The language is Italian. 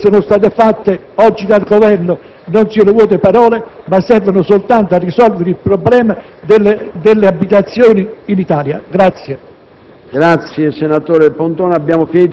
Mi auguro che tutte le promesse che sono state fatte oggi dal Governo non siano vuote parole ma servano a risolvere il problema delle abitazioni in Italia.